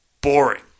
boring